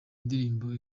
ndirimbo